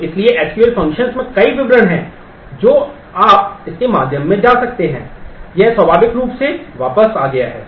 तो इसलिए SQL function में कई विवरण हैं जो आप इसके माध्यम से जा सकते हैं यह स्वाभाविक रूप से वापस आ गया है